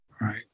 Right